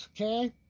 okay